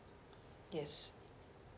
yes